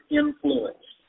influence